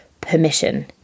permission